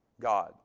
God